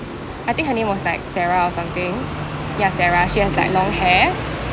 I think her name was like sarah or something ya sarah she has like long hair